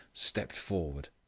stepped forward.